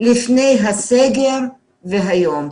לפני הסגר והיום.